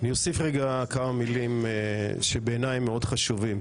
אני אוסיף כמה דברים שבעיניי הם מאוד חשובים.